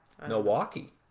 Milwaukee